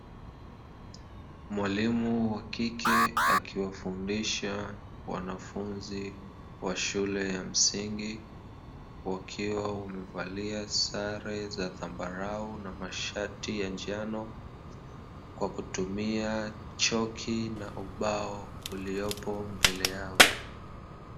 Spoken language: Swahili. Mwalimu wa kike akiwafundisha wanafunzi wa shule ya msingi, wakiwa wamevalia sare za rangi ya zambarau na mashati ya njano, kwa kutumia chaki na ubao uliopo mbele yao.